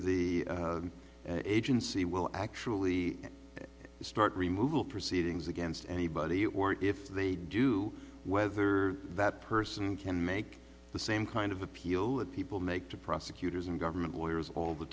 the agency will actually start removal proceedings against anybody or if they do whether that person can make the same kind of appeal that people make to prosecutors and government lawyers all the